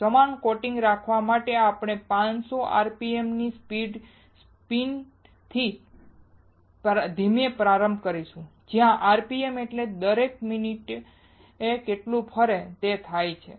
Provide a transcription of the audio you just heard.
સમાન કોટિંગ રાખવા માટે અમે 500rpm પર ની ધીમી સ્પિનથી પ્રારંભ કરીશું જ્યાં rpm એટલે દર મિનિટે કેટલું ફરે થાય છે તે છે